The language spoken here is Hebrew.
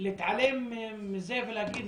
להתעלם מזה ולהגיד,